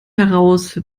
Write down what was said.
heraus